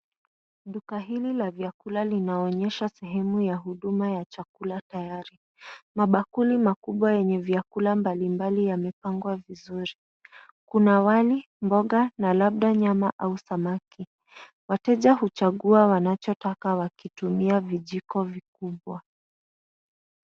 Duka hili la vyakula linaonyesha sehemu ya huduma ya chakula tayari. Mabakuli ya chakula yenye vyakula mbalimbali yamepangwa vizuri. Kuna wali, mboga na labda nyama au samaki. Wateja huchagua wanachotaka wakitumia vijiko vikubwa